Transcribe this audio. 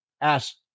ask